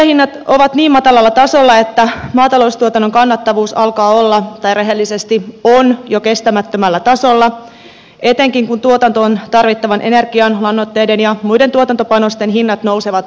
tuottajahinnat ovat niin matalalla tasolla että maataloustuotannon kannattavuus alkaa olla tai rehellisesti on jo kestämättömällä tasolla etenkin kun tuotantoon tarvittavan energian lannoitteiden ja muiden tuotantopanosten hinnat nousevat voimakkaasti